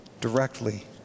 directly